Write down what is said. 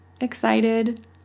excited